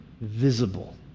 visible